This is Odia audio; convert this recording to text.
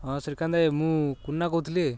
ହଁ ଶ୍ରୀକାନ୍ତ ଭାଇ ମୁଁ କୁନା କହୁଥିଲି